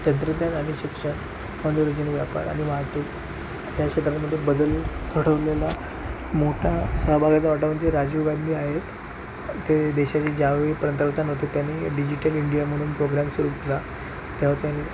तंत्रज्ञान आणि शिक्षण मनोरंजन व्यापार आणि वाहतूक या क्षेत्रांमध्ये बदल घडवलेला मोठा सहभागाचा वाटा म्हणजे राजीव गांधी आहेत ते देशाचे ज्यावेळी पंतप्रधान होते त्यांनी डिजिटल इंडिया म्हणून प्रोग्रॅम सुरु केला तेव्हा त्यांनी